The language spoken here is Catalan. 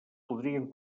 podrien